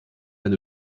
wenn